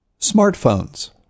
smartphones